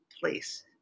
place